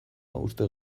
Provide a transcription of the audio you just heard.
uste